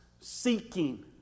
seeking